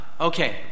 Okay